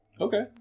Okay